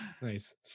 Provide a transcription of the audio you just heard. Nice